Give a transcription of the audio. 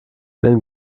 wenn